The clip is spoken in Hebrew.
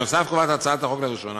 נוסף על כך קובעת הצעת החוק לראשונה